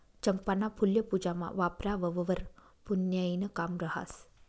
चंपाना फुल्ये पूजामा वापरावंवर पुन्याईनं काम रहास